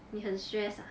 你很 stress ah